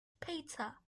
pizza